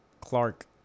Clark